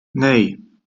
nee